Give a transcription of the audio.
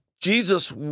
Jesus